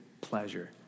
pleasure